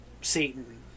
Satan